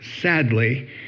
sadly